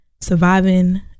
surviving